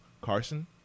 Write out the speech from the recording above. Carson